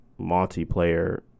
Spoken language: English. multiplayer